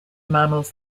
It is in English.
mammals